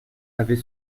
avait